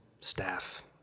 staff